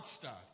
start